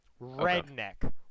Redneck